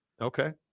Okay